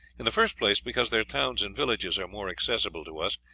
in the first place, because their towns and villages are more accessible to us,